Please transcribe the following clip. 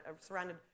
surrounded